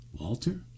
Walter